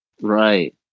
Right